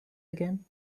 again